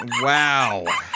Wow